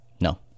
no